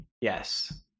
Yes